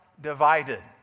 Divided